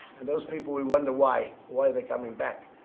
and those people, we wonder why why they're coming back.